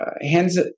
hands